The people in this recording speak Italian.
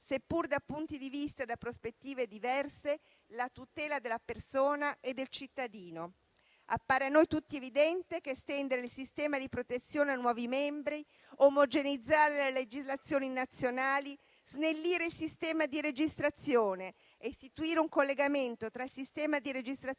seppur da punti di vista e prospettive diversi, la tutela della persona e del cittadino. Appare a noi tutti evidente che estendere il sistema di protezione a nuovi membri, omogeneizzare le legislazioni nazionali, snellire il sistema di registrazione e istituire un collegamento tra il sistema di registrazione